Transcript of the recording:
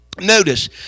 Notice